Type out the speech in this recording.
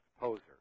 poser